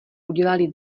udělali